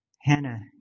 Hannah